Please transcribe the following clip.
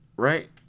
Right